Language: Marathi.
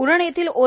उरण येथील ओ